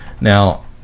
Now